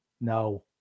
No